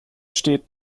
steht